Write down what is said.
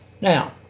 Now